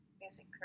music